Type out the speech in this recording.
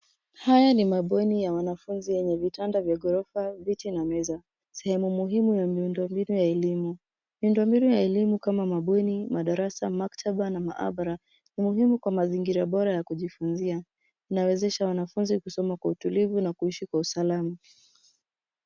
Haya ni mabweni ya wanafunzi yenye vitanda vya gorofa viti na meza, sehemu muhimu ya miundombinu ya elimu, miundombinu ya elimu kama mabweni, madarasa, maktaba na maabara, ni muhimu kwa mazingira bora ya kujifunzia, inawezesha wanafunzi kusoma kwa utulivu na kuishi kwa usalama.